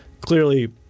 clearly